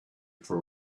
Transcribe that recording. for